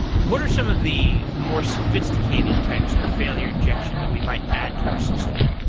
what are some of the more sophisticated types of failure injection that we might add to our system?